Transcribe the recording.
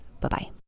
Bye-bye